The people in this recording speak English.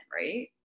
right